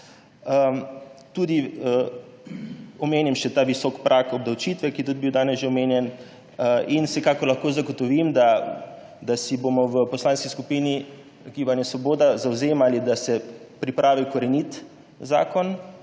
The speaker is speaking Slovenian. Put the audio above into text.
Omenim še visok prag obdavčitve, ki je tudi bil danes že omenjen. Vsekakor lahko zagotovim, da se bomo v Poslanski skupini Svoboda zavzemali, da se pripravi korenit zakon.